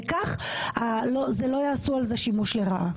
וכך לא יעשו בזה שימוש לרעה.